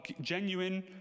Genuine